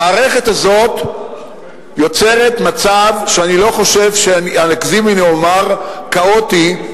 המערכת הזאת יוצרת מצב שאני לא חושב שאני אגזים אם אני אומר: כאוטי,